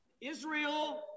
Israel